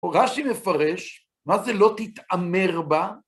רש"י מפרש, מה זה לא תתעמר בה?